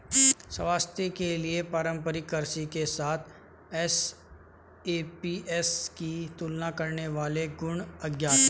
स्वास्थ्य के लिए पारंपरिक कृषि के साथ एसएपीएस की तुलना करने वाले गुण अज्ञात है